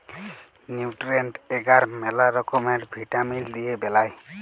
nutrient এগার ম্যালা রকমের ভিটামিল দিয়ে বেলায়